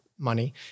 Money